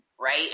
Right